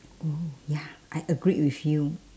oh ya I agreed with you